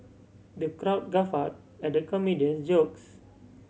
the crowd guffawed at the comedian's jokes